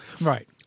right